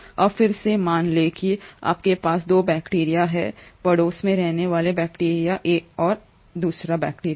अब फिर से मान लें कि आपके पास 2 बैक्टीरिया हैं पड़ोस में रहने वाले बैक्टीरिया 1 और बैक्टीरिया 2